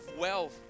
wealth